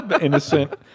innocent